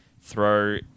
throw